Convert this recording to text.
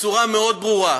בצורה מאוד ברורה.